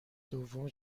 دوم